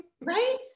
Right